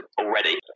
already